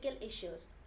issues